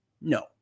No